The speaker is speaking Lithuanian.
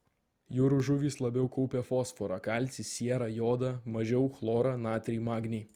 jūrų žuvys labiau kaupia fosforą kalcį sierą jodą mažiau chlorą natrį magnį